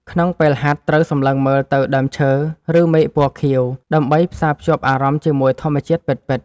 ក្នុងពេលហាត់ ត្រូវសម្លឹងមើលទៅដើមឈើ ឬមេឃពណ៌ខៀវ ដើម្បីផ្សារភ្ជាប់អារម្មណ៍ជាមួយធម្មជាតិពិតៗ។